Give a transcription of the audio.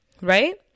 right